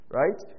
right